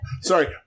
Sorry